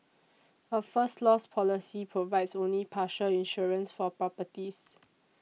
a First Loss policy provides only partial insurance for properties